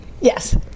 Yes